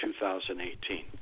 2018